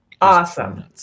awesome